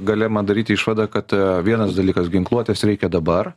galima daryti išvadą kad a vienas dalykas ginkluotės reikia dabar